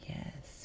Yes